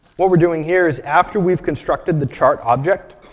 what we're doing here is, after we've constructed the chart object,